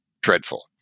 dreadful